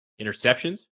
Interceptions